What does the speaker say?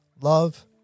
Love